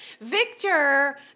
Victor